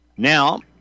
Now